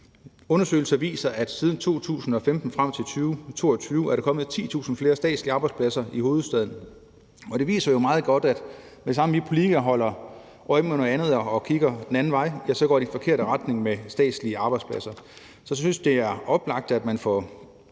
undersøgelser viser, at siden 2015 og frem til 2022 er der kommet 10.000 flere statslige arbejdspladser i hovedstaden. Det viser jo meget godt, at så snart vi politikere holder øje med noget andet og kigger den anden vej, går det i den forkerte retning med statslige arbejdspladser. Så jeg synes, at det er oplagt, at man får